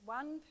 one